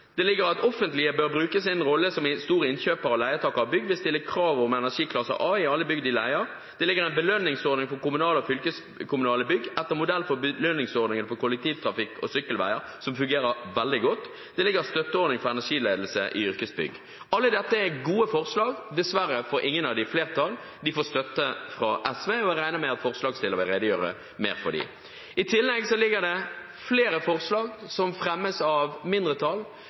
Det foreslås at det offentlige bør bruke sin rolle som store innkjøpere og leietakere av bygg. Man stiller krav om energiklasse A i alle bygg de leier. Det foreslås en belønningsordning for kommunale og fylkeskommunale bygg etter modell fra belønningsordningen for kollektivtrafikk og sykkelveier – som fungerer veldig godt. Det foreslås støtteordning for energiledelse i yrkesbygg. Alle disse er gode forslag, dessverre får ingen av dem flertall. De får støtte fra SV, og jeg regner med at forslagsstiller vil redegjøre mer for dem. I tillegg foreligger det flere forslag som fremmes av